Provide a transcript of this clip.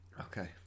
Okay